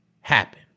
happen